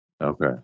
Okay